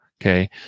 okay